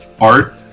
art